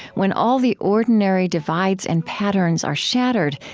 when all the ordinary divides and patterns are shattered,